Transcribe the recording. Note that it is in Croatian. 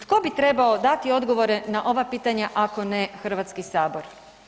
Tko bi trebao dati odgovore na ova pitanja ako ne Hrvatski sabor?